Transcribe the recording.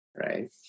right